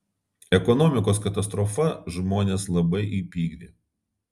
ekonomikos katastrofa žmones labai įpykdė